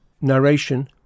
Narration